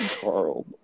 Carl